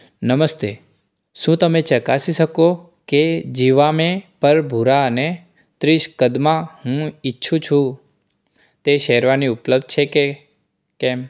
નમસ્તે શું તમે ચકાસી શકો કે ઝિવામે પર ભૂરા અને ત્રીસ કદમાં હું ઇચ્છું છું તે શેરવાની ઉપલબ્ધ છે કે કેમ